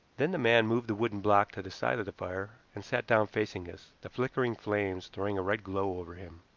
then the man moved the wooden block to the side of the fire and sat down facing us, the flickering flames throwing a red glow over him.